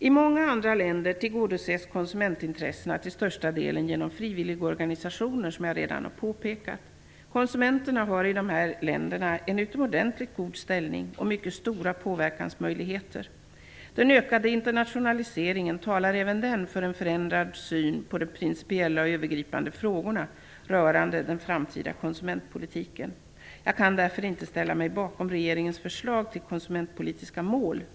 I många andra länder tillgodoses konsumentintressena till största delen genom frivilligorganisationer, som jag redan har påpekat. Konsumenterna har i de här länderna en utomordentligt god ställning och mycket stora påverkansmöjligheter. Den ökande internationaliseringen talar även den för en förändrad syn på de principiella och övergripande frågorna rörande den framtida konsumentpolitiken. Jag kan därför inte ställa mig bakom regeringens förslag till konsumentpolitiska mål.